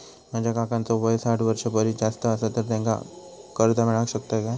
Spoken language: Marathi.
माझ्या काकांचो वय साठ वर्षां परिस जास्त आसा तर त्यांका कर्जा मेळाक शकतय काय?